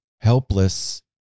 helpless